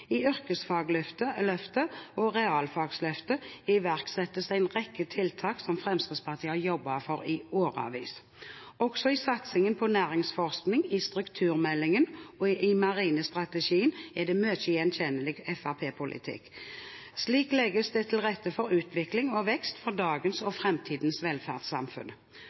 I yrkesfagløftet og realfagsløftet iverksettes det en rekke tiltak som Fremskrittspartiet har jobbet for i årevis. Også i satsingene på næringsforskning, i strukturmeldingen og i den marine strategien er det mye gjenkjennelig fremskrittspartipolitikk. Slik legges det til rette for utvikling og vekst for dagens og fremtidens velferdssamfunn.